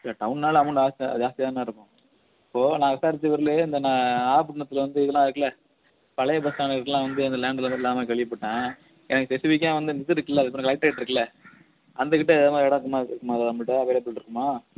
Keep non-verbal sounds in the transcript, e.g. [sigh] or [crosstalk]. இல்லை டவுன்னாலே அமௌண்ட் ஜாஸ்தி ஜாஸ்தியாகதான இருக்கும் இப்போ நான் விசாரிச்ச ஊர்ல இந்த நான் நாகபட்னத்தில் வந்து இதெல்லாம் இருக்குல பழைய பஸ்டாண்ட்கிட்டலாம் வந்து அந்த லேண்டுலாம் [unintelligible] கேள்விப்பட்டேன் எனக்கு ஸ்பெஸிஃபிக்காக வந்து இந்த இது இருக்குல்ல அதுபேர் என்ன கலெக்ட்ரேட் இருக்குல்ல அந்தக்கிட்ட இடம் இருக்குமா இருக்குமா எதாவது நம்பள்கிட்ட அவைலபிள்ருக்குமா